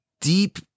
deep